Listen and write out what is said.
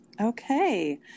Okay